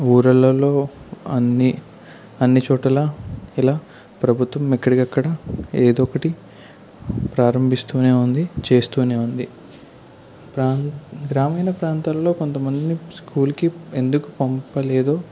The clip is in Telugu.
ఊర్లల్లో అన్ని అన్ని చోట్ల ఇలా ప్రభుత్వం ఎక్కడిక్కడ ఏదోకటి ప్రారంభిస్తూనే ఉంది చేస్తూనే ఉంది గ్రా గ్రామీణ ప్రాంతాల్లో కొంతమంది స్కూల్కి ఎందుకు పంపలేదో